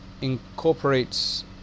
incorporates